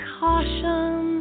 caution